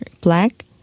black